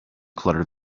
clutter